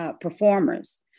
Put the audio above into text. performers